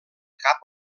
cap